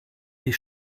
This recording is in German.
die